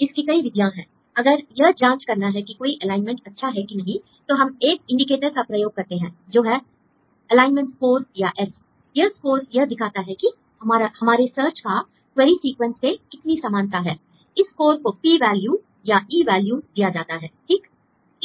इसकी कई विधियां हैं l अगर यह जांच करना है की कोई एलाइनमेंट अच्छा है कि नहीं तो हम एक इंडिकेटर का उपयोग करते हैं जो है एलाइनमेंट स्कोर या s l यह स्कोर यह दिखाता है कि हमारे सर्च का क्वेरी सीक्वेंस से कितनी समानता है l इस स्कोर को P वैल्यू या E वैल्यू दिया जाता है ठीक